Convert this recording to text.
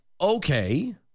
okay